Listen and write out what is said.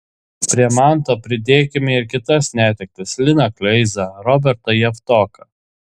prie manto pridėkime ir kitas netektis liną kleizą robertą javtoką